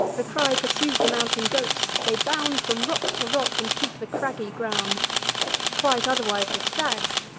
the cry pursues the mountain goats they bound from rock to rock, and keep the craggy ground quite otherwise the stags,